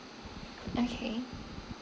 okay